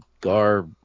Gar